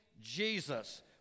Jesus